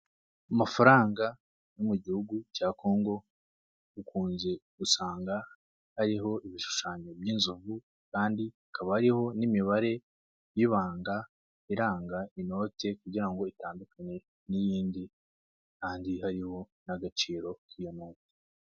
Amafaranga yo mu gihugu cya congo ukunze gusanga ariho ibishushanyo by'inzovu kandi ikaba ariho n'imibare y'ibanga iranga inote kugira ngo itandukane n'iyindi, kandi hariho n'agaciro k'iyo note.